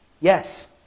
Yes